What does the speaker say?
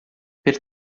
per